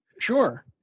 Sure